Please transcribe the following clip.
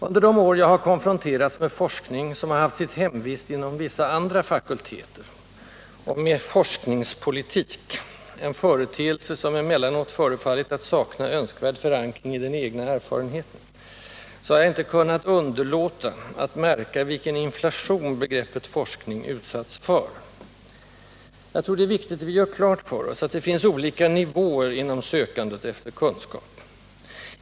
Under de år jag har konfronterats med forskning, som haft sitt hemvist inom vissa andra fakulteter, och med ”forskningspolitik” —en företeelse som emellanåt förefallit att sakna önskvärd förankring i den egna erfarenheten — har jag inte kunnat underlåta att märka vilken inflation begreppet ”forskning” utsatts för. Jag tror det är viktigt att vi gör klart för oss att det finns olika nivåer inom sökandet efter kunskap.